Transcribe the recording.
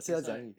that's right